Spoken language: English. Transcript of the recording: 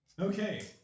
Okay